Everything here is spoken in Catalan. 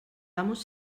amos